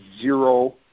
zero